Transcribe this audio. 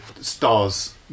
stars